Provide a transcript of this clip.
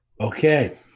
Okay